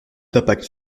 d’impact